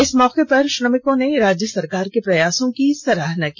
इस मौके पर श्रमिकों ने राज्य सरकार के प्रयासों की सराहना की